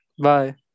bye